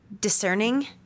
Discerning